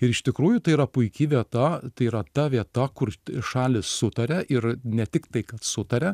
ir iš tikrųjų tai yra puiki vieta tai yra ta vieta kur šalys sutaria ir ne tik tai kad sutaria